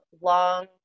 long